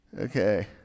Okay